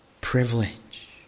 Privilege